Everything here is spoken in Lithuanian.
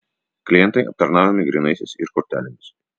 klientai aptarnaujami grynaisiais ir kortelėmis